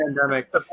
pandemic